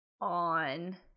on